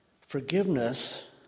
Forgiveness